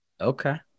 Okay